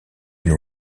nos